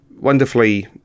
wonderfully